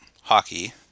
hockey